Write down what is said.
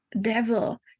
devil